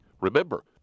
Remember